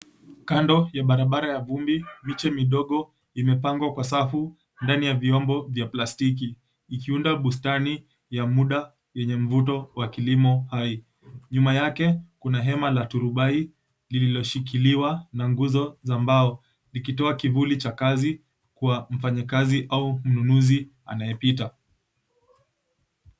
Kando ya barabara ya vumbi, miche midogo imepangwa kwa safu ndani ya vyombo vya plastiki ikiunda bustani ya muda yenye mvuto wa kilimo hai. Nyuma yake kuna hema la turubai lililoshikiliwa na nguzo za mbao ikitoa kivuli cha kazi kwa mfanyakazi au mnunuzi anayepita.